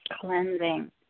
cleansing